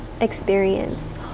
experience